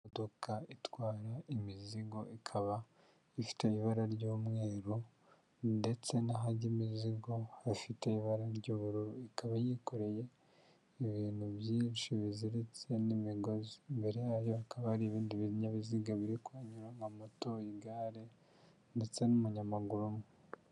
Imodoka itwara imizigo, ikaba ifite ibara ry'umweru, ndetse n'ahajya imizigo, hafite ibara ry'ubururu, ikaba yikoreye ibintu byinshi biziritse n'imigozi, imbere yayo hakaba hari ibindi binyabiziga biri kuhanyura, ama moto, igare, ndetse n'umunyamaguru umwe.